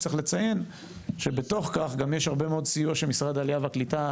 צריך לציין שבתוך כך גם יש הרבה מאוד סיוע של משרד העלייה והקליטה,